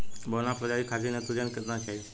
बौना प्रजाति खातिर नेत्रजन केतना चाही?